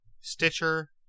Stitcher